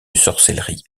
sorcellerie